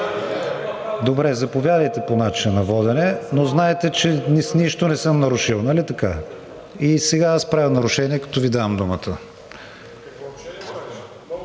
Добре, заповядайте по начина на водене, но знайте, че с нищо не съм нарушил, нали така? Сега правя нарушение, като Ви давам думата.